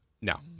No